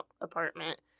apartment